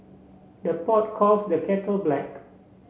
the pot calls the kettle black